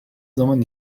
zaman